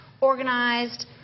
organized